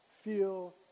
feel